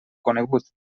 conegut